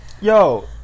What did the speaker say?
Yo